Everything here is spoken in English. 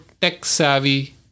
tech-savvy